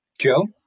Joe